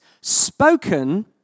spoken